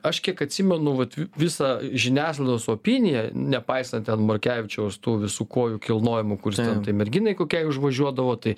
aš kiek atsimenu vat vi visą žiniasklaidos opiniją nepaisant ten morkevičiaus tų visų kojų kilnojimų kurs ten tai merginai kokiai užvažiuodavo tai